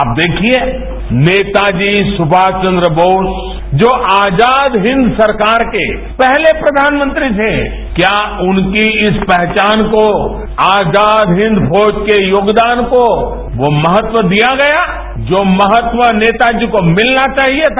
आप देखिये नेताजी सुभाष चंद्र बोस जो आजाद हिंद सरकार के पहले प्रघानमंत्री थे क्या उनकी इस पहचान को आजाद हिंद फौज के योगदान को वो महत्व दिया गया जो महत्व नेता जी को भिलना चाहिए था